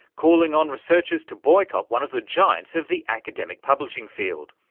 calling on researchers to boycott one of the giants of the academic publishing field,